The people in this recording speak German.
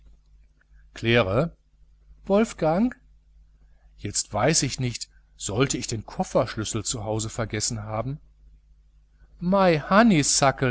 claire wolfgang jetzt weiß ich nicht sollte ich den kofferschlüssel zu hause vergessen haben my